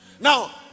Now